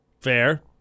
Fair